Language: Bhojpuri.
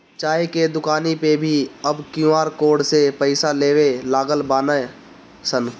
चाय के दुकानी पअ भी अब क्यू.आर कोड से पईसा लेवे लागल बानअ सन